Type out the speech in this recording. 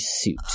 suit